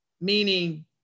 meaning